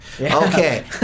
Okay